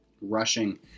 Rushing